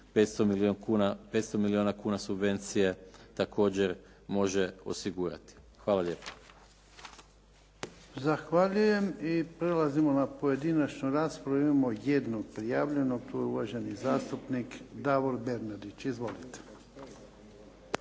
500 milijuna kuna subvencije također može osigurati. Hvala lijepa. **Jarnjak, Ivan (HDZ)** Zahvaljujem. I prelazimo na pojedinačnu raspravu. Imamo jednog prijavljenog. To je uvaženi zastupnik Davor Bernardić. Izvolite.